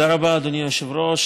תודה רבה, אדוני היושב-ראש.